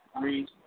three